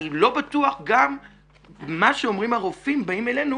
מה שאומרים הרופאים שבאים אלינו,